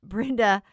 Brenda